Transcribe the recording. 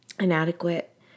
inadequate